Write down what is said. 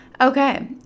Okay